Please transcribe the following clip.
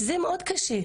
זה מאוד קשה,